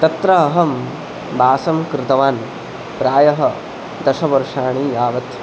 तत्र अहं वासं कृतवान् प्रायः दश वर्षाणि यावत्